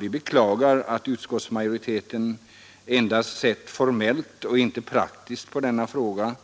Vi baklagar att utskottsmajoriteten endast sett formellt och inte praktiskt på denna fråga.